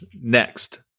Next